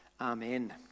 amen